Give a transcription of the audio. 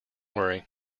worry